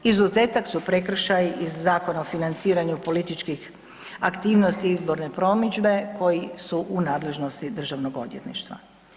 Izuzetak su prekršaji iz Zakona o financiranju političkih aktivnosti izborne promidžbe koji su u nadležnosti Državnog odvjetništva.